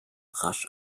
rasch